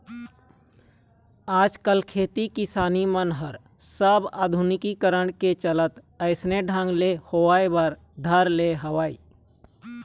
आजकल खेती किसानी मन ह सब आधुनिकीकरन के चलत अइसने ढंग ले होय बर धर ले हवय